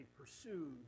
pursued